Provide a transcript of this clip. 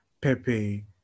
Pepe